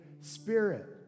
spirit